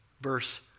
verse